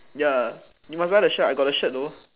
ya you must buy the shirt I got the shirt though